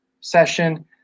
session